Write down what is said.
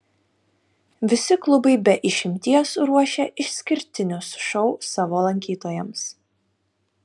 visi klubai be išimties ruošia išskirtinius šou savo lankytojams